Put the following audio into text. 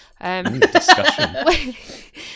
discussion